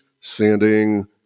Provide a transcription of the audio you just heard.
sanding